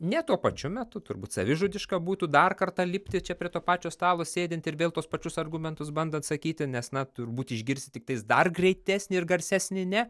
ne tuo pačiu metu turbūt savižudiška būtų dar kartą lipti čia prie to pačio stalo sėdint ir vėl tuos pačius argumentus bandant atsakyti nes na turbūt išgirsi tiktais dar greitesnį ir garsesnį ne